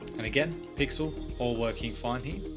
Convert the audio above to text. and again, pixel all working fine here.